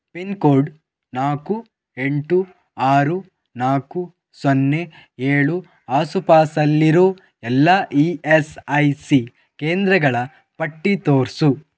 pin code ನಾಲ್ಕು ಎಂಟು ಆರು ನಾಲ್ಕು ಸೊನ್ನೆ ಏಳು ಆಸುಪಾಸಲ್ಲಿರೋ ಎಲ್ಲ ಇ ಎಸ್ ಐ ಸಿ ಕೇಂದ್ರಗಳ ಪಟ್ಟಿ ತೋರಿಸು